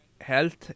health